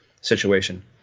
situation